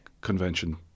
convention